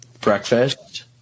breakfast